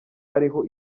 ariho